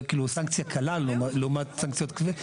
כאילו סנקציה קלה לעומת סנקציות כבדות.